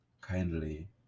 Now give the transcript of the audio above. kindly